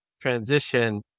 transition